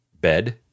bed